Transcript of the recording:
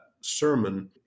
sermon